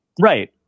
Right